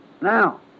now